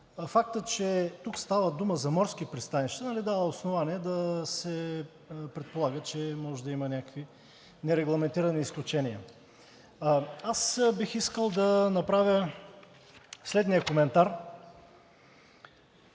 Фактът, че тук става дума за морски пристанища, дава основание да се предполага, че може да има някакви нерегламентирани изключения. Бих искал да направя следния коментар